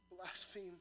blaspheme